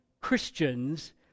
Christians